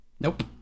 Nope